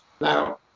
Now